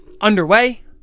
underway